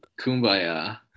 Kumbaya